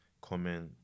comment